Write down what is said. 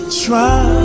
try